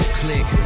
click